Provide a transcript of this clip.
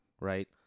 right